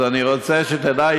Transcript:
אז אני רוצה שתדע,